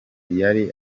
yari